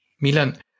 Milan